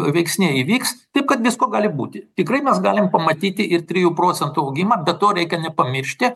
veiksniai įvyks taip kad visko gali būti tikrai mes galim pamatyti ir trijų procentų augimą be to reikia nepamiršti